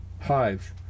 hive